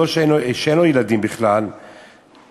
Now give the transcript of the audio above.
שאין לו ילדים בכלל,